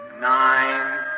nine